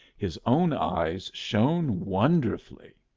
his own eyes shone wonderfully.